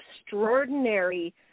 extraordinary